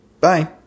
Bye